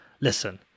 Listen